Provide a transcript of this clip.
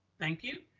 thank you.